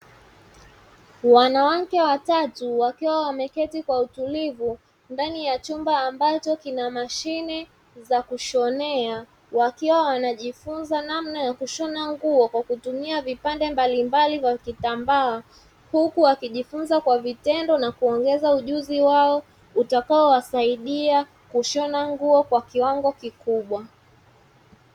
Wanawake watatu wakiwa wameketi kwa utulivu ndani ya chumba ambacho kinamashine za kushonea, wakiwa wanajifunza namna ya kushona nguo kwa kutumia vipande mbalimbali za kitambaa, huku wakijifunza kwa vitendo nakuongeza ujuzi wao utakaowasaidia kushona nguo kwa kiwango kikubwa.